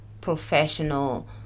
professional